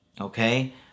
Okay